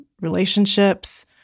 relationships